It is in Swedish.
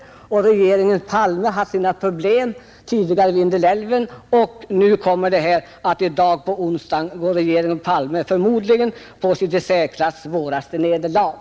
Regeringen Palme har sina problem, skriver tidningen. Tidigare var det Vindelälven, och på onsdag går regeringen Palme säkerligen mot sitt svåraste nederlag.